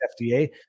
fda